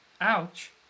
ouch